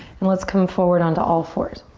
and let's come forward onto all fours.